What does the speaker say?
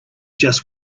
just